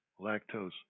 lactose